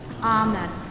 Amen